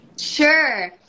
Sure